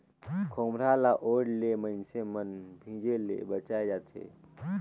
खोम्हरा ल ओढ़े ले मइनसे मन भीजे ले बाएच जाथे